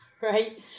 Right